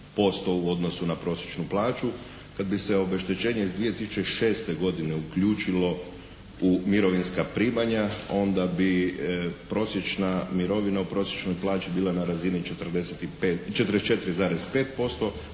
u odnosu na prosječnu plaću. Kad bi se obeštećenje iz 2006. godine uključio u mirovinska primanja onda bi prosječna mirovina u prosječnoj plaći bila na razini 44,5%,